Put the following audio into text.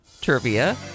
trivia